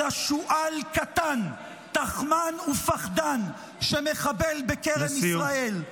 אלא שועל קטן, תחמן ופחדן, שמחבל בכרם ישראל.